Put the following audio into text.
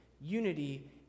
Unity